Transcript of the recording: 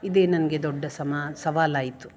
ಇದೇ ನನಗೆ ದೊಡ್ಡ ಸಮ ಸವಾಲಾಯಿತು